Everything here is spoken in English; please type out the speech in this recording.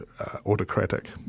autocratic